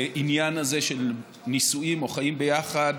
לעניין הזה של נישואים או חיים ביחד